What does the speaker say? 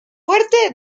fuerte